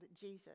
Jesus